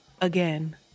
again